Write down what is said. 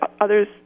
others